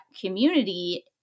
community